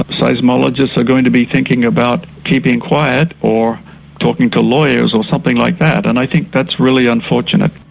ah seismologists are going to be thinking about keeping quiet or talking to lawyers or something like that, and i think that's really unfortunate.